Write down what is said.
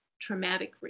traumatic